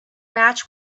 match